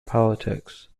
politics